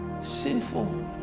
sinful